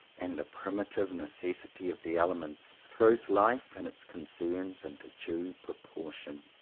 and the primitive necessity of the elements throws life and its concerns into due proportion.